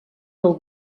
del